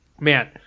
man